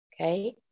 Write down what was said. okay